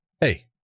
hey